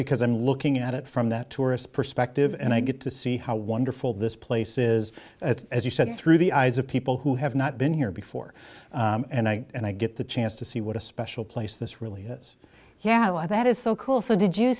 because i'm looking at it from that tourist perspective and i get to see how wonderful this place is as you said through the eyes of people who have not been here before and i get the chance to see what a special place this really is yeah why that is so cool so did you